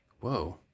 whoa